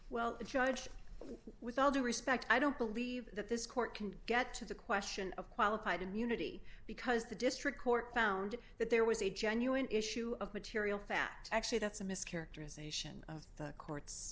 well judge with all due respect i don't believe that this court can get to the question of qualified immunity because the district court found that there was a genuine issue of material fact actually that's a mischaracterization of the court